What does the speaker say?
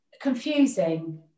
confusing